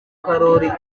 karoli